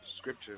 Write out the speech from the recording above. scripture